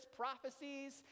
prophecies